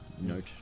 note